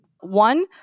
One